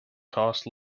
cost